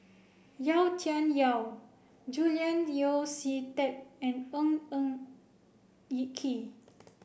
Yau Tian Yau Julian Yeo See Teck and Ng Eng Kee